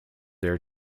their